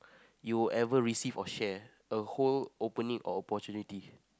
you ever receive or share a whole opening or opportunity